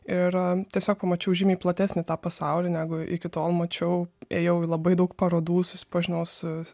ir tiesiog pamačiau žymiai platesnį tą pasaulį negu iki tol mačiau ėjau į labai daug parodų susipažinau su